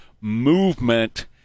movement